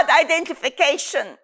identification